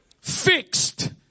fixed